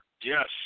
Yes